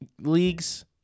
leagues